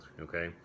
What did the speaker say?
okay